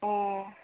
ꯑꯣ